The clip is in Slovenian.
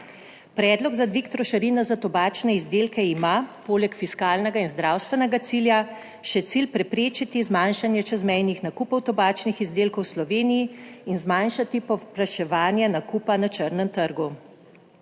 Predlog za dvig trošarine za tobačne izdelke ima poleg fiskalnega in zdravstvenega cilja še cilj preprečiti zmanjšanje čezmejnih nakupov tobačnih izdelkov v Sloveniji in zmanjšati povpraševanje nakupa na črnem trgu.